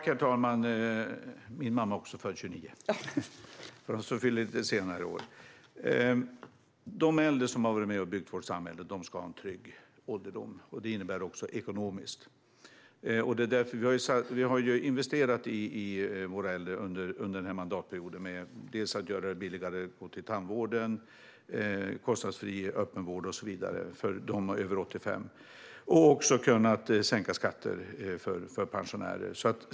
Herr talman! Min mamma är också född 1929, men hon fyller år lite senare i år. De äldre som har varit med och byggt vårt samhälle ska ha en trygg ålderdom, också ekonomiskt. Vi har investerat i våra äldre under den här mandatperioden, dels genom att göra det billigare att gå till tandvården och dels genom kostnadsfri öppenvård för dem som är över 85 år och så vidare. Vi har också kunnat sänka skatter för pensionärer.